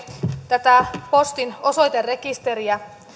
tätä postin osoiterekisteriä